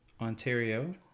Ontario